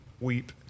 weep